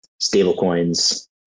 stablecoins